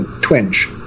twinge